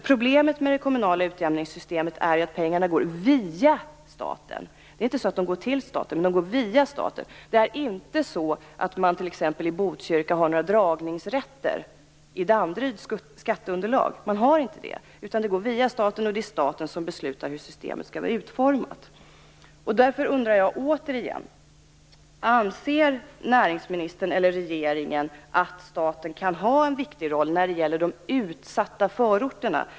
Problemet med det kommunala utjämningssystemet är att pengarna går via staten. De går inte till staten, utan via staten. Man har inte i Botkyrka några dragningsrätter i Danderyds skatteunderlag. Pengarna går via staten, och det är staten beslutar hur systemet skall vara utformat. Därför undrar jag återigen: Anser näringsministern eller regeringen att staten kan ha en viktig roll när det gäller de utsatta förorterna?